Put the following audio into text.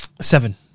seven